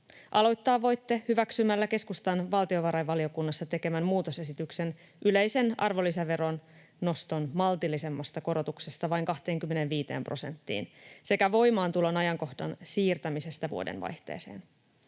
Aloittaa voitte hyväksymällä keskustan valtiovarainvaliokunnassa tekemän muutosesityksen yleisen arvonlisäveron noston maltillisemmasta korotuksesta vain 25 prosenttiin sekä voimaantulon ajankohdan siirtämisestä vuodenvaihteeseen.